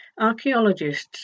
Archaeologists